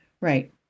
Right